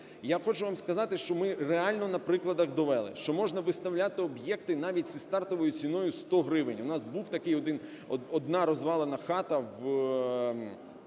Я хочу вам сказати, що ми реально на прикладах довели, що можна виставляти об'єкти навіть зі стартовою ціною 100 гривень, в нас був такий, одна розвалена хата в